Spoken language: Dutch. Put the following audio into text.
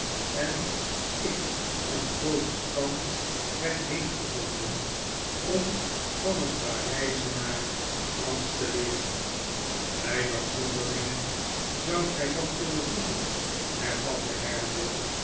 en ik een protestant werd heengezonden om van een parijzenaar fransch te leeren bij dat zonderlinge zoudt gij nog kunnen voegen hervatte